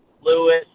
Lewis